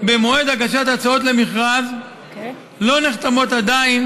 במועד הגשת הצעות למכרז לא נחתמות עדיין